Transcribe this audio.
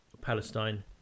Palestine